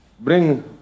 Bring